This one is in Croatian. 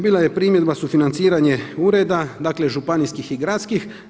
Bila je primjedba sufinanciranje ureda dakle županijskih i gradskih.